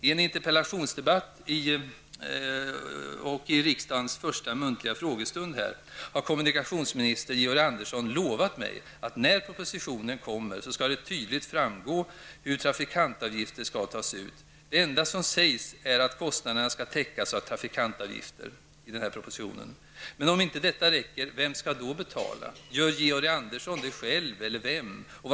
I en interpellationsdebatt och i riksdagens första muntliga frågestund har kommunikationsminister Georg Andersson lovat mig, att när propositionen kommer skall det tydligt framgå hur trafikantavgifter skall tas ut. Det enda som sägs i denna proposition är att kostnaderna skall täckas av trafikantavgifter. Men om inte detta räcker, vem skall då betala? Gör Georg Andersson det själv, eller vem gör det?